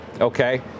Okay